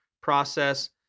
process